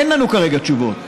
אין לנו כרגע תשובות.